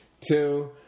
Two